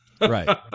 Right